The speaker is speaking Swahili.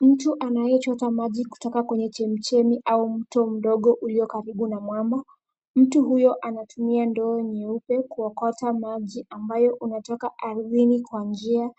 Mtu anayechota maji kutoka kwenye chemchemi au mto mdogo ulio karibu na mwamba. Mtu huyo anatumia ndoo nyeupe kuokota maji ambayo unatoka ardhini kwa njia